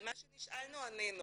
על מה שנשאלנו ענינו.